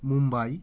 Mumbai